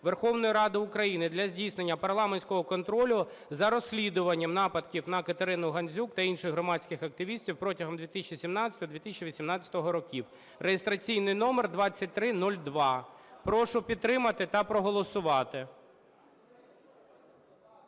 Верховної Ради України для здійснення парламентського контролю за розслідуванням нападів на Катерину Гандзюк та інших громадських активістів протягом 2017-2018 років (реєстраційний номер 2302). Прошу підтримати та проголосувати.